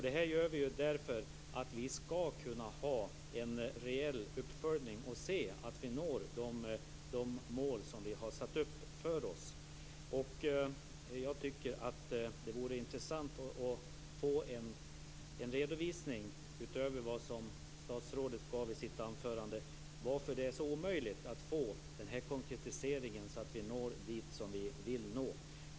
Det här gör vi därför att vi menar att vi skall kunna ha en rejäl uppföljning och se att vi når de mål som vi har satt upp. Jag tycker att det vore intressant att få en redovisning, utöver vad statsrådet gav i sitt anförande, av varför det är så omöjligt att få en sådan konkretisering att vi når dit vi vill nå.